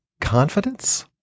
confidence